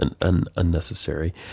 unnecessary